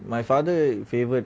my father favoured